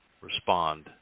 respond